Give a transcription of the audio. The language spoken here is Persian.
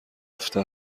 رفته